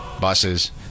buses